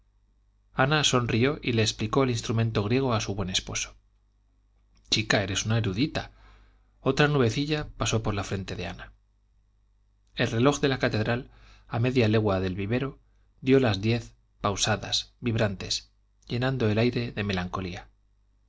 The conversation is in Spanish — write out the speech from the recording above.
ana sonrió y le explicó el instrumento griego a su buen esposo chica eres una erudita otra nubecilla pasó por la frente de ana el reloj de la catedral a media legua del vivero dio las diez pausadas vibrantes llenando el aire de melancolía